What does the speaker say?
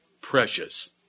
Precious